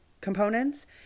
components